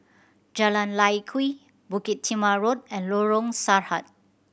Jalan Lye Kwee Bukit Timah Road and Lorong Sarhad